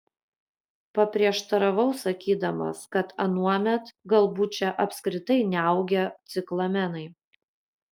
paprieštaravau sakydamas kad anuomet galbūt čia apskritai neaugę ciklamenai